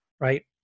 right